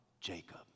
Jacob